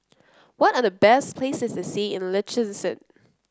what are the best places to see in Liechtenstein